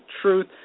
truth